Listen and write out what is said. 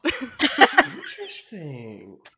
Interesting